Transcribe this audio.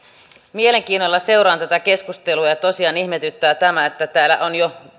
mielenkiinnolla seuraan tätä keskustelua ja tosiaan ihmetyttää tämä että täällä on jo lähes